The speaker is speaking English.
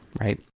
right